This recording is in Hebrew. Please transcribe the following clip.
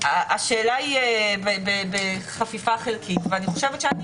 השאלה היא בחפיפה חלקית ואני חושבת שהעולם